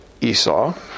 Esau